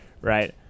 Right